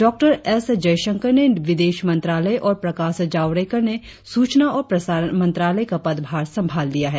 डॉ एस जयशंकर ने विदेश मंत्रालय और प्रकाश जावड़ेकर ने सूचना और प्रसारण मंत्रालय का पदभार संभाल लिया है